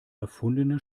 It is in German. erfundene